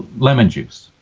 lemon juice.